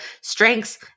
strengths